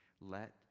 let